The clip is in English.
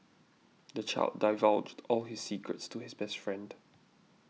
the child divulged all his secrets to his best friend